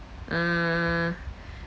uh